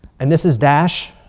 and this is daesh,